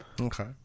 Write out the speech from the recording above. okay